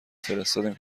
فرستادیم